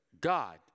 God